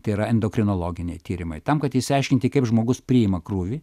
tai yra endokrinologiniai tyrimai tam kad išsiaiškinti kaip žmogus priima krūvį